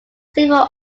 several